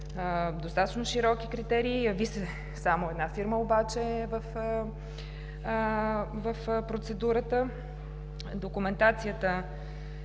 достатъчно широки критерии. Яви се само една фирма обаче в процедурата. Документацията